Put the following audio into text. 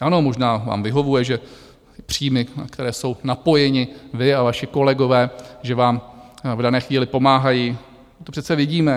Ano, možná vám vyhovuje, že příjmy, na které jsou napojeni vy a vaši kolegové, že vám v dané chvíli pomáhají, to přece vidíme.